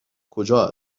کجا